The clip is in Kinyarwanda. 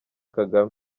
kagame